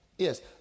Yes